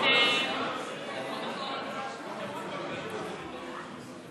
הטיפול בחופי הכינרת (תיקון מס' 3),